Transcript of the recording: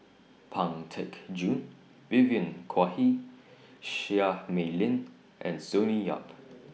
Pang Teck Joon Vivien Quahe Seah Mei Lin and Sonny Yap